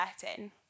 certain